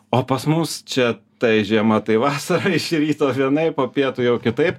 o pas mus čia tai žiema tai vasara iš ryto vienaip po pietų jau kitaip